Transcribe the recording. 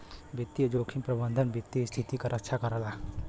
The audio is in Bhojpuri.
वित्तीय जोखिम प्रबंधन वित्तीय स्थिति क रक्षा करला